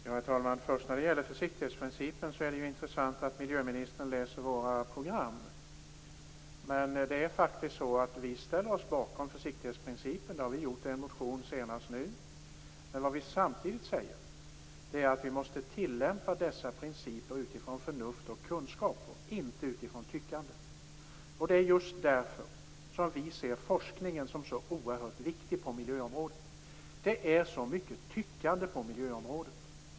Herr talman! Det är intressant att miljöministern läser våra program. Vi ställer oss bakom försiktighetsprincipen. Det har vi senast gjort i en motion nyligen. Men samtidigt menar vi att vi måste tillämpa dessa principer utifrån förnuft och kunskap och inte utifrån tyckande. Det är just därför vi ser forskningen som så oerhört viktig på miljöområdet. Det finns så mycket tyckande på miljöområdet.